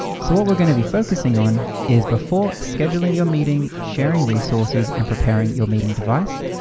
so what we're gonna be focusing on is before scheduling your meeting, sharing resources, and preparing your meeting device.